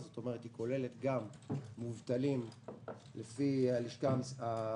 כלומר היא כוללת גם מובטלים לפי הלמ"ס,